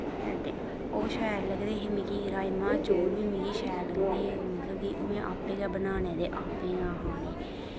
ते ओह् शैल लगदे हे मिकी राजमांह् चौल बी मिकी शैल लगदे हे मतलब कि में आपें गै बनाने ते आपें गै खाने